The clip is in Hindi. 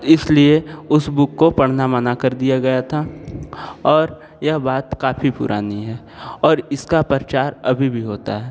इसलिए उसे बुक को पढ़ना मना कर दिया गया था और यह बात काफ़ी पुरानी है और इसका प्रचार अभी भी होता है